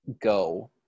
go